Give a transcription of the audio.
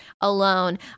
alone